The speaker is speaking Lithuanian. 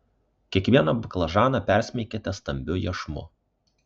kiekvieną baklažaną persmeikite stambiu iešmu